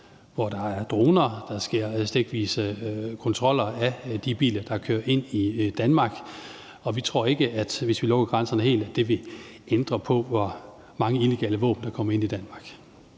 hvor der er droner og der sker stikprøvekontroller af de biler, der kører ind i Danmark. Vi tror ikke, at det, hvis vi lukker grænserne helt, vil ændre på, hvor mange illegale våben der kommer ind i Danmark.